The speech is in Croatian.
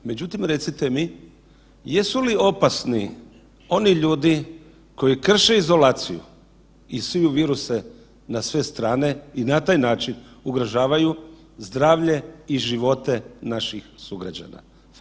Međutim, recite mi jesu li opasni oni ljudi koji krše izolaciju i siju viruse na sve strane i na taj način ugrožavaju zdravlje i živote naših sugrađana?